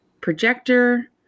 projector